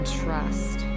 trust